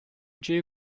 due